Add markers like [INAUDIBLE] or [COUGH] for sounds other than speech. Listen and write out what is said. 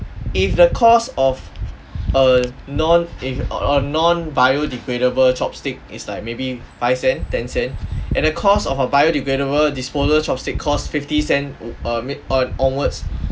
if the cost of [BREATH] a non if a non-biodegradable chopstick is like maybe five-cent ten-cent [BREATH] and the cost of a biodegradable disposal chopstick cost fifty-cent u~ err mid err onwards